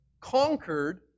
conquered